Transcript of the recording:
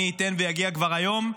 מי ייתן ויגיע כבר היום,